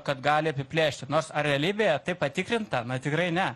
kad gali apiplėšti nors ar realybėje tai patikrinta tikrai ne